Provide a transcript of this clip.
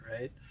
right